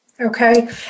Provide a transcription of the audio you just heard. Okay